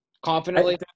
Confidently